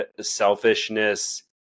selfishness